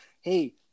Hey